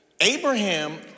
Abraham